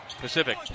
Pacific